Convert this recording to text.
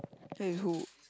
that is who